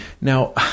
Now